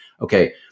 Okay